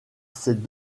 ses